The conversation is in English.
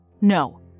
No